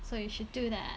so you should do that